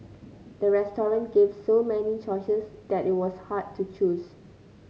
the restaurant gave so many choices that it was hard to choose